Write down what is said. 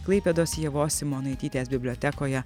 klaipėdos ievos simonaitytės bibliotekoje